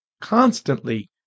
constantly